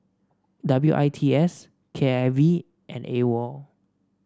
W I T S K I V and AWOL